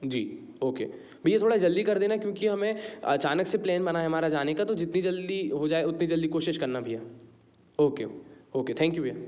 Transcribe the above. जी okay भैया थोड़ा जल्दी कर देना क्योंकि हमें अचानक से प्लैन बना है हमारा जाने का तो जितनी जल्दी हो जाए उतनी जल्दी कोशिश करना भैया ओके ओके थैंक यू भैया